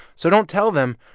so don't tell them,